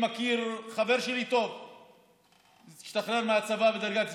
חבר טוב שלי השתחרר מהצבא בדרגת סגן-אלוף.